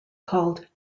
called